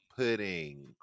Pudding